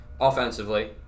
Offensively